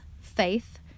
faith